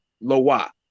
Loa